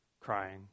Crying